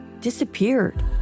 disappeared